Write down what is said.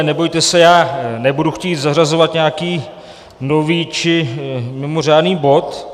Nebojte se, já nebudu chtít zařazovat nějaký nový či mimořádný bod.